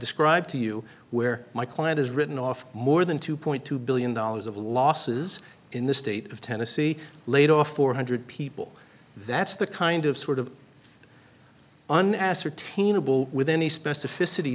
described to you where my client has written off more than two point two billion dollars of losses in the state of tennessee laid off four hundred people that's the kind of sort of an ascertainable with any specificity